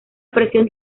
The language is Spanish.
presión